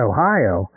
Ohio